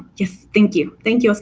yes, thank you. thank you, oscar,